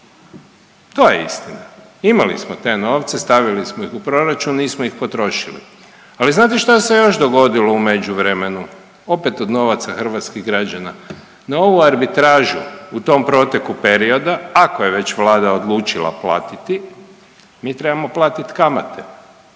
To je istina, imali smo te novce stavili smo ih u proračun nismo ih potrošili. Ali znate šta se još dogodilo u međuvremenu opet od novaca hrvatskih građana? Na ovu arbitražu u tom proteku perioda ako je već Vlada odlučiti platiti mi trebamo platit kamate,